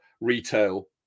retail